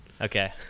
Okay